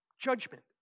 judgment